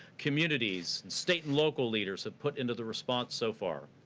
communities, state and local leaders have put into the response so far.